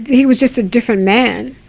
he was just a different man.